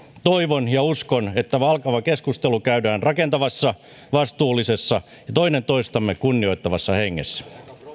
toivon ja uskon että alkava keskustelu käydään rakentavassa vastuullisessa ja toinen toistamme kunnioittavassa hengessä